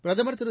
பிரதமர் திரு